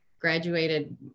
graduated